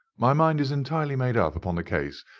my mind is entirely made ah up upon the case,